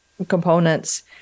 Components